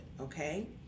okay